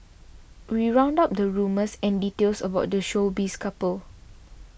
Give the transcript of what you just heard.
we round up the rumours and details about the showbiz couple